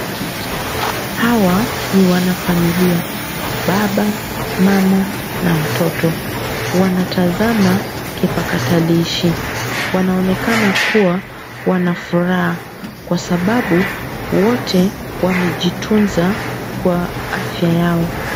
Hawa ni wanafamilia. Baba, mama, na mtoto. Wanatazama kipakatalishi. Wanaonekana kuwa wana furaha, kwa sababu wote wamejitunza kwa afya yao.